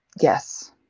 Yes